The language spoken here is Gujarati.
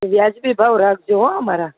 વ્યાજબી ભાવ રાખજો અમારા